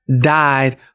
died